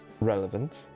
relevant